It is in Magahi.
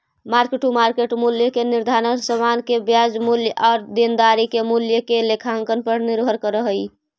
मार्क टू मार्केट मूल्य के निर्धारण समान के बाजार मूल्य आउ देनदारी के मूल्य के लेखांकन पर निर्भर करऽ हई